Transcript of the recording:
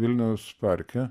vilniaus parke